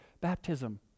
baptism